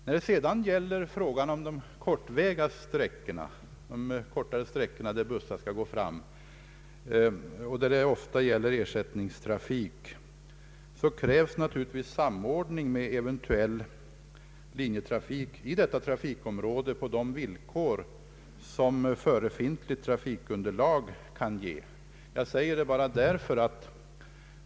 Vad sedan angår busslinjer på korta sträckor, där det ofta gäller ersättningstrafik, krävs naturligtvis samordning med eventuell linjetrafik i området på de villkor som förefintligt trafikunderlag kan ge.